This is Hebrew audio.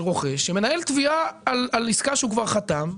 רוכש שמנהל תביעה על עסקה שהוא כבר חתם,